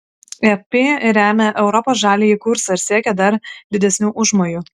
ep remia europos žaliąjį kursą ir siekia dar didesnių užmojų